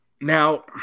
Now